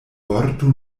vorto